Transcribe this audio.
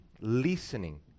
listening